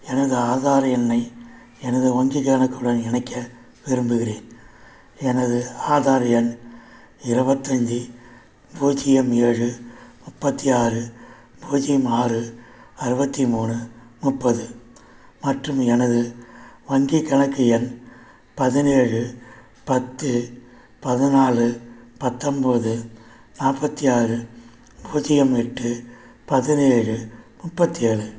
எனது ஆதார் எண்ணை எனது வங்கிக் கணக்குடன் இணைக்க விரும்புகிறேன் எனது ஆதார் எண் இருவத்தஞ்சி பூஜ்யம் ஏழு முப்பத்தி ஆறு பூஜ்யம் ஆறு அறுபத்தி மூணு முப்பது மற்றும் எனது வங்கிக் கணக்கு எண் பதினேழு பத்து பதினாலு பத்தொன்போது நாற்பத்தி ஆறு பூஜ்யம் எட்டு பதினேழு முப்பத்தேழு